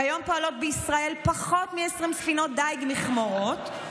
כיום פועלות בישראל פחות מ-20 ספינות דיג מכמורות,